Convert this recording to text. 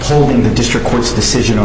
upholding the district court's decision on